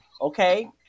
Okay